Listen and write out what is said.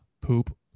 Poop